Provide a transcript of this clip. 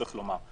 צריך לומר.